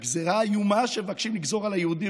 הגזרה האיומה שמבקשים לגזור על היהודים